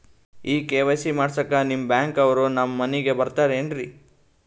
ಈ ಕೆ.ವೈ.ಸಿ ಮಾಡಸಕ್ಕ ನಿಮ ಬ್ಯಾಂಕ ಅವ್ರು ನಮ್ ಮನಿಗ ಬರತಾರೆನ್ರಿ?